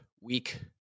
week